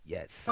Yes